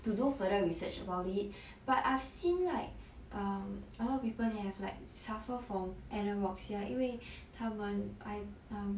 um to do further research about it but I've seen like um a lot of people have like suffer from anorexia 因为他们 I um